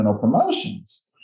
promotions